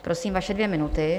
Prosím, vaše dvě minuty.